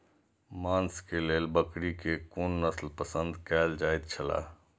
मांस के लेल बकरी के कुन नस्ल पसंद कायल जायत छला?